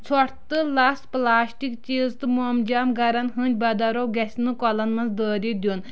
ژھۄٹھ تہٕ لژھ پٕلاسٹِک چیٖز تہٕ مومجام گَرن ہٕندۍ بَدرو گژھِ نہٕ کۄلن منٛز دٲرِتھ دِیُن